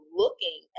looking